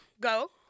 go